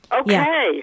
Okay